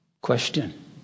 Question